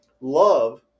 love